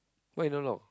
why you don't lock